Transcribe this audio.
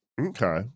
Okay